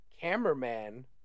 Cameraman